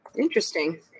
Interesting